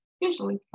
usually